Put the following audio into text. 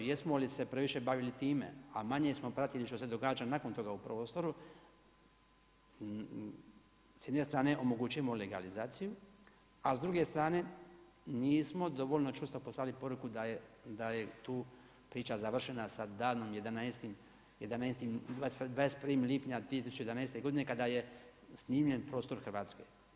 Jesmo li se previše bavili time, a manje smo pratili što se događa nakon toga u prostoru, s jedne strane omogućimo legalizaciju a s druge strane nismo dovoljno čvrsto poslali poruku da je tu priča završena sa davnim 21. lipnja 2011. godine kada je snimljen prostor Hrvatske.